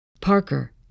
Parker